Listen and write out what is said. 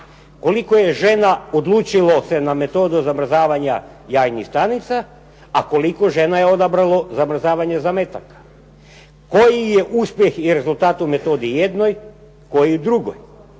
koliko je žena odlučilo se na metodu zamrzavanja jajnih stanica, a koliko žena je odabralo zamrzavanje zametaka. Koji je uspjeh i rezultat u metodi jednoj, koji u drugoj?